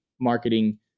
marketing